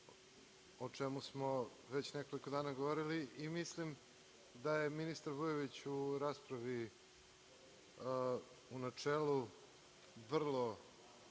o čemu smo već nekoliko dana govorili i mislim da je ministar Vujović u raspravi u načelu, vrlo,